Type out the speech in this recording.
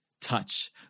touch